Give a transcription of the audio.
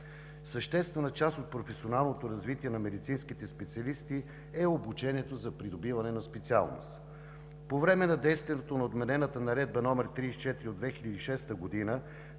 Съществена част от професионалното развитие на медицинските специалисти е обучението за придобиване на специалност. По време на действието на отменената Наредба № 34 от 2006 г. за